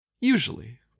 usually